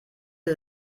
sie